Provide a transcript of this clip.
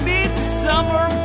Midsummer